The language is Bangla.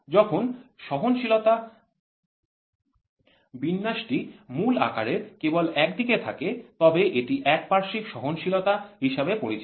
যখন সহনশীলতার বিন্যাসটি মূল আকারের কেবল একদিকে থাকে তবে এটি একপার্শ্বিক সহনশীলতা হিসাবে পরিচিত